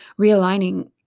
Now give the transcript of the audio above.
realigning